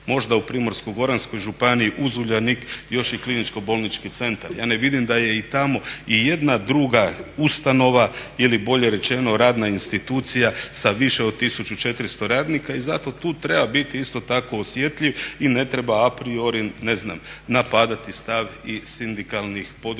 Možda u Primorsko-goranskoj županiji uz Uljanik još i KBC. Ja ne vidim da je i tamo ijedna druga ustanova ili bolje rečeno radna institucija sa više od 1400 radnika i zato tu treba biti isto tako osjetljiv i ne treba a priori napadati stav i sindikalnih podružnica